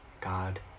God